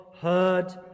heard